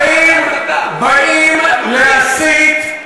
כשבאים להסית,